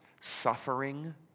suffering